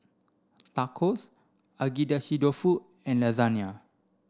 Tacos Agedashi dofu and Lasagna